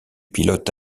pilote